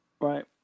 Right